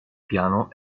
piano